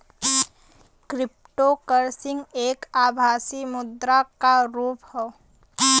cryptocurrency एक आभासी मुद्रा क रुप हौ